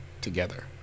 Together